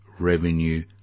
Revenue